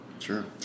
Sure